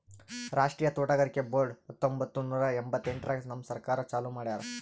ರಾಷ್ಟ್ರೀಯ ತೋಟಗಾರಿಕೆ ಬೋರ್ಡ್ ಹತ್ತೊಂಬತ್ತು ನೂರಾ ಎಂಭತ್ತೆಂಟರಾಗ್ ನಮ್ ಸರ್ಕಾರ ಚಾಲೂ ಮಾಡ್ಯಾರ್